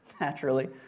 naturally